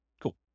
Cool